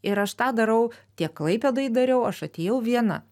ir aš tą darau tiek klaipėdoj dariau aš atėjau viena